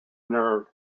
nerve